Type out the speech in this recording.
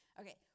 okay